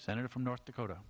senator from north dakota